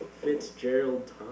Fitzgerald